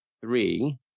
three